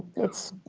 it's,